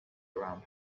around